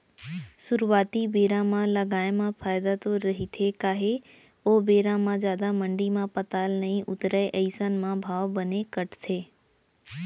सुरुवाती बेरा म लगाए म फायदा तो रहिथे काहे ओ बेरा म जादा मंडी म पताल नइ उतरय अइसन म भाव बने कटथे